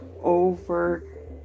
over